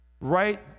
Right